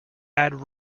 add